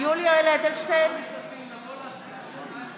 (קוראת בשמות חברי הכנסת)